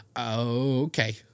Okay